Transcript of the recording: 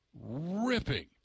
ripping